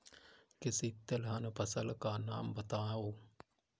किसी तिलहन फसल का नाम बताओ